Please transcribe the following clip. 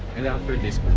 and after this.